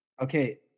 Okay